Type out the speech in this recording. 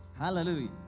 Hallelujah